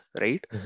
right